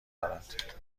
دارد